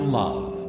love